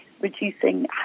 reducing